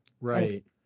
right